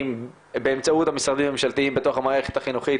באמצעות המשרדים הממשלתיים בתוך המערכת החינוכית